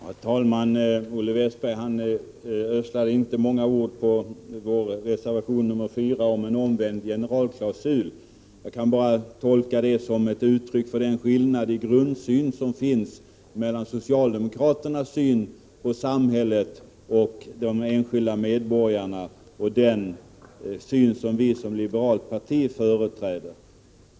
Herr talman! Olle Westberg ödslade inte många ord på vår reservation 4 om en omvänd generalklausul. Jag kan bara tolka detta såsom ett uttryck för skillnaden mellan socialdemokraternas syn på samhället och de enskilda medborgarna och den syn som vi såsom ett liberalt parti företräder.